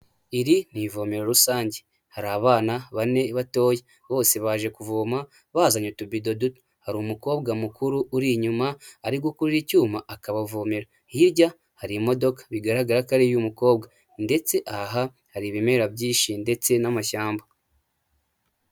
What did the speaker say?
Iri ni ivomero rusange hari abana bane batoya bose baje kuvoma bazanye utubido duto, hari umukobwa mukuru uri inyuma ari gukurira icyuma akabavomera, hirya hari imodoka bigaragara ko ari iy'umukobwa ndetse aha hari ibimera byinshi ndetse n'amashyamba.